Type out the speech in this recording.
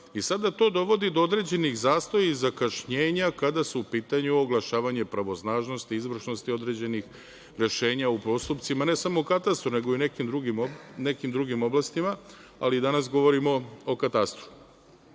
Sada to dovodi do određenih zastoja i zakašnjenja kada su u pitanju oglašavanje pravosnažnosti i izvršnosti određenih rešenja u postupcima, ne samo u katastru nego i u nekim drugim oblastima, ali danas govorimo o katastru. Mislim